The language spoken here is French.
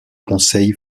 conseil